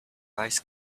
eyes